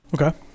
Okay